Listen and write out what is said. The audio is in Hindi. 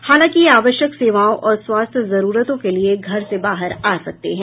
हालांकि ये आवश्यक सेवाओं और स्वास्थ्य जरूरतों के लिए घर से बाहर आ सकते हैं